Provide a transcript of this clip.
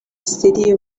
city